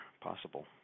possible